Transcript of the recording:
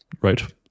right